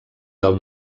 del